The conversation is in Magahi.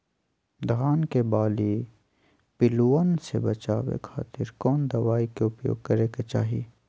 धान के बाली पिल्लूआन से बचावे खातिर कौन दवाई के उपयोग करे के चाही?